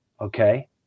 okay